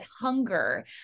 hunger